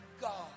God